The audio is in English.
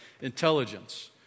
intelligence